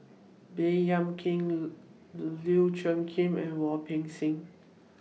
Baey Yam Keng Lau Chiap Khai and Wu Peng Seng